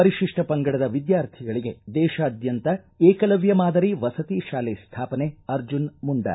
ಪರಿಶಿಷ್ಟ ಪಂಗಡದ ವಿದ್ಯಾರ್ಥಿಗಳಿಗೆ ದೇಶಾದ್ಯಂತ ಏಕಲವ್ಯ ಮಾದರಿ ವಸತಿ ಶಾಲೆ ಸ್ಥಾಪನೆ ಅರ್ಜುನ ಮುಂಡಾ